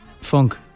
Funk